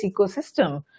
ecosystem